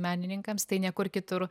menininkams tai niekur kitur